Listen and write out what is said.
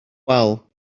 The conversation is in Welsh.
wal